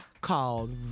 called